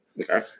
Okay